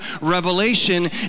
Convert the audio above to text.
Revelation